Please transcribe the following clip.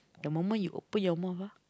the moment you open your mouth ah